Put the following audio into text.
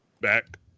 back